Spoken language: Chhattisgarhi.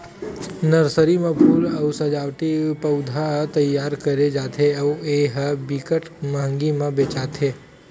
नरसरी म फूल अउ सजावटी पउधा तइयार करे जाथे अउ ए ह बिकट मंहगी म बेचाथे